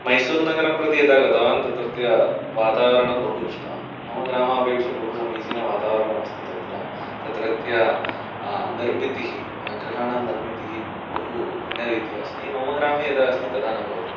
मैसूरुनगरं प्रति यदा गतवान् तत्रत्य वातावरणं बहु इष्टवान् मम ग्रामापेक्षया बहुसमीचीनं वातावरणमस्ति तत्र तत्रत्य निर्मितिः गृहाणां निर्मितिः बहु भिन्नरीत्या अस्ति मम ग्रामे यथा अस्ति तथा न भवति तत्र